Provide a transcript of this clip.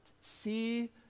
see